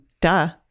Duh